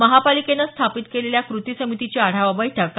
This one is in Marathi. महापालिकेनं स्थापित केलेल्या कृती समितीची आढावा बैठक काल झाली